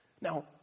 Now